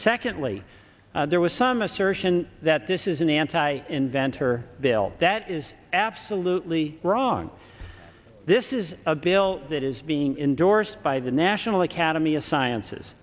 secondly there was some assertion that this is an anti inventor bill that is absolutely wrong this is a bill that is being indoors by the national academy of sciences